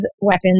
weapons